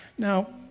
Now